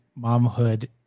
momhood